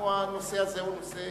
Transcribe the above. הנושא הזה הוא נושא